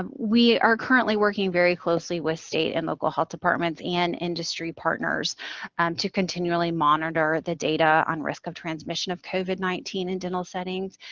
um we are currently working very closely with state and local health departments and industry partners to continually monitor the data on risk of transmission of covid nineteen in dental settings,